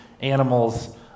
animals